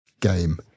game